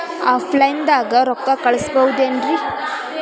Offline ದಾಗ ರೊಕ್ಕ ಕಳಸಬಹುದೇನ್ರಿ?